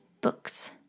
books